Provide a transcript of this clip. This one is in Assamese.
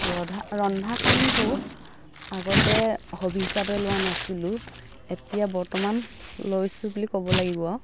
ৰধা ৰন্ধা কামটো আগতে হবী হিচাপে লোৱা নাছিলোঁ এতিয়া বৰ্তমান লৈছোঁ বুলি ক'ব লাগিব